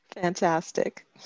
Fantastic